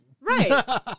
Right